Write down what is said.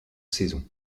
saisons